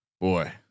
Boy